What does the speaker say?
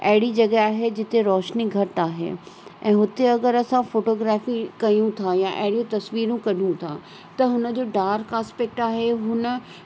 अहिड़ी जॻह आहे जिते रोशनी घटि आहे ऐं हुते अगरि असां फ़ोटोग्राफ़ी कयूं था या अहिड़ी तस्वीरूं कढूं था त हुनजो डार्क आस्पेक्ट आहे हुन